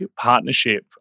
partnership